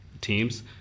teams